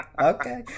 okay